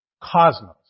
Cosmos